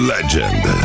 Legend